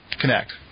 connect